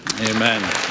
Amen